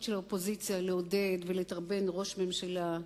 של האופוזיציה לעודד ולדרבן את ראש הממשלה,